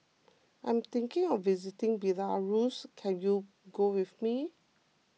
I'm thinking of visiting Belarus can you go with me